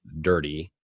dirty